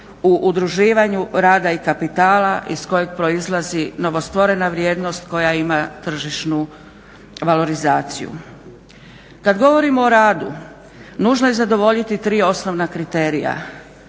u udruživanju rada i kapitala, iz kojeg proizlazi novo stvorena vrijednost koja ima tržišnu valorizaciju. Kad govorimo o radu nužno je zadovoljiti tri osnovna kriterija.